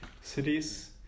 cities